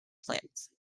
plants